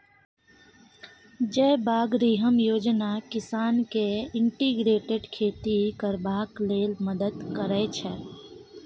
जयबागरिहम योजना किसान केँ इंटीग्रेटेड खेती करबाक लेल मदद करय छै